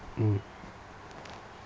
mm